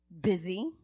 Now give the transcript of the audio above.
busy